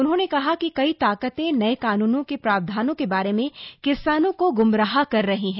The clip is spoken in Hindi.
उन्होंने कहा कि कई ताकतें नए कानूनों के प्रावधानों के बारे में किसानों को ग्मराह कर रही हैं